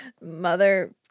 Mother